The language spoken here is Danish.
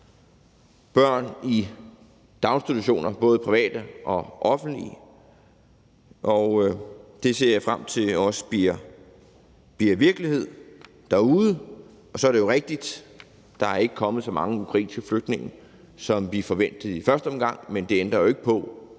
børn i daginstitutioner, både private og offentlige. Det ser jeg frem til bliver virkelighed derude. Og så er det jo rigtigt, at der ikke er kommet så mange ukrainske flygtninge, som vi forventede i første omgang, men det ændrer jo ikke på,